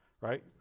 right